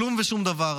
כלום ושום דבר.